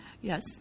Yes